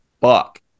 fuck